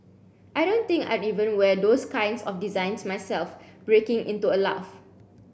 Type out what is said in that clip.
I don't think I'd even wear those kinds of designs myself breaking into a laugh